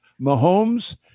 Mahomes